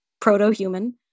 proto-human